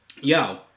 Yo